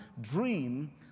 dream